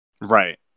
Right